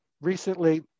recently